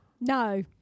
No